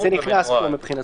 זה נכנס פה מבחינתנו.